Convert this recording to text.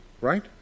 right